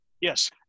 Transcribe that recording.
yes